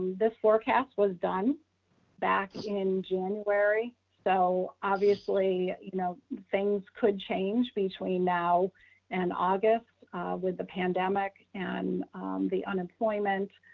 this forecast was done back in january. so obviously, you know, things could change between now and august with the pandemic and the unemployment.